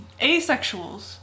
asexuals